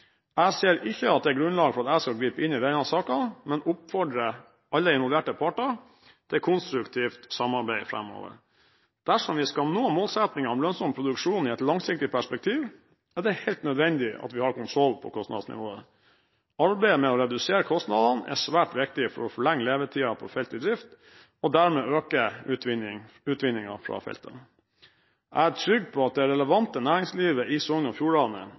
Jeg ser ikke at det er grunnlag for at jeg skal gripe inn i denne saken, men oppfordrer alle involverte parter til konstruktivt samarbeid framover. Dersom vi skal nå målsettingen om lønnsom produksjon i et langsiktig perspektiv, er det helt nødvendig at vi har kontroll på kostnadsnivået. Arbeidet med å redusere kostnadene er svært viktig for å forlenge levetiden på felt i drift og dermed øke utvinningen fra feltene. Jeg er trygg på at det relevante næringslivet i Sogn og Fjordane,